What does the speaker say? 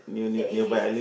that area